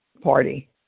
party